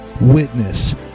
witness